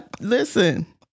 Listen